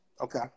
Okay